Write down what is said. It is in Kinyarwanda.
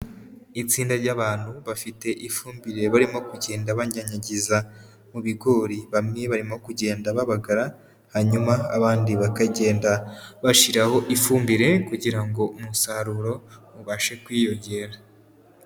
Itsinda ry'abantu bafite ifumbire barimo kugenda banyanyagiza mu bigori. Bamwe barimo kugenda babagara, hanyuma abandi bakagenda bashyiraho ifumbire kugira ngo umusaruro ubashe kwiyongera.